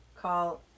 call